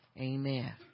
Amen